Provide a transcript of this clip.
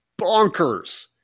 bonkers